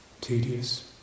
Tedious